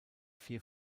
vier